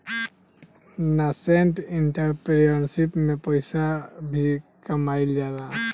nascent entrepreneurship में पइसा भी कामयिल जाला